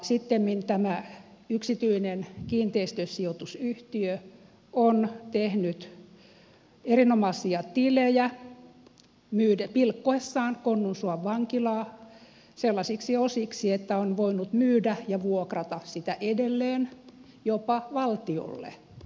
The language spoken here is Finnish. sittemmin tämä yksityinen kiinteistösijoitusyhtiö on tehnyt erinomaisia tilejä pilkkoessaan konnunsuon vankilaa sellaisiksi osiksi että on voinut myydä ja vuokrata sitä edelleen jopa valtiolle